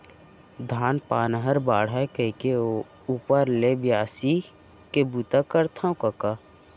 धान पान हर बाढ़य कइके ऊपर ले बियासी के बूता ल करथव कका